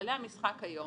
כללי המשחק היום,